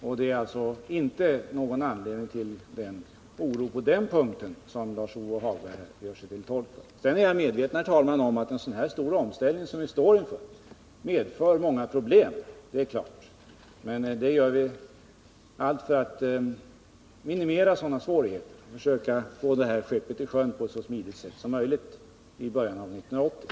Det finns alltså på den punkten inte anledning för den oro som Lars-Ove Hagberg gör sig till tolk för. Jag är vidare, herr talman, självfallet medveten om att en så stor omställning som den vi står inför medför problem. Men vi gör allt för att minimera sådana svårigheter och försöka få skeppet i sjön på ett så smidigt sätt som möjligt i början av år 1980.